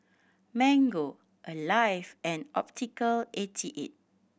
Mango Alive and Optical eighty eight